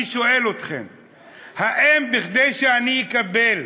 אני שואל אתכם, האם כדי שאני אקבל